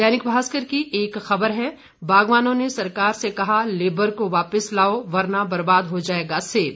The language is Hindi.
दैनिक भास्कर की एक खबर है बागवानों ने सरकार से कहा लेबर को वापस लाओ वरना बर्बाद हो जाएगा सेब